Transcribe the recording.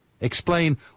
Explain